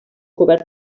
cobert